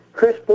Chris